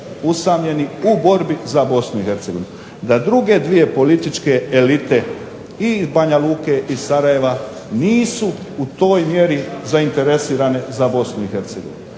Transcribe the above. usamljeni u borbi za BiH, da druge dvije političke elite i Banja Luke i Sarajeva nisu u toj mjeri zainteresirane za BiH.